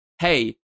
hey